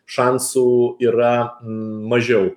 šansų yra mažiau